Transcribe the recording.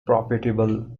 profitable